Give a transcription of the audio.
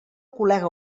col·lega